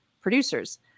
Producers